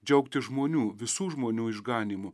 džiaugtis žmonių visų žmonių išganymu